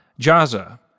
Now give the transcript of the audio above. Jaza